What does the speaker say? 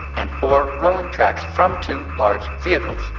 and four rolling tracks from two large vehicles.